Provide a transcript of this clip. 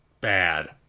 bad